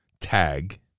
tag